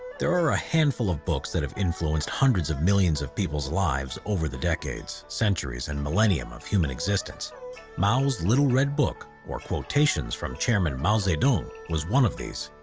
there are a handful of books that have influenced hundreds of millions of people's lives over the decades centuries and millennium of human existence mao's little red book or quotations from chairman mao zedong was one of these